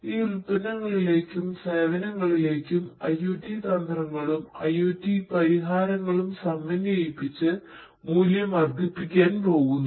ഈ ഉൽപ്പന്നങ്ങളിലേക്കും സേവനങ്ങളിലേക്കും IOT തന്ത്രങ്ങളും IOT പരിഹാരങ്ങളും സമന്വയിപ്പിച്ച് മൂല്യം വർദ്ധിപ്പിക്കാൻ പോകുന്നു